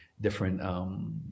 different